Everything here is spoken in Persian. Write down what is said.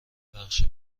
بخش